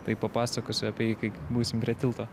tai papasakosiu apie jį kai būsim prie tilto